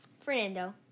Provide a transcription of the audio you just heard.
Fernando